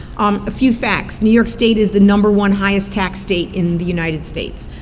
um a few facts, new york state is the number one highest taxed state in the united states.